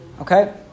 Okay